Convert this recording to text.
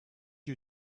you